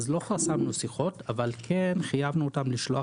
לא חסמנו שיחות אבל כן חייבנו אותם לשלוח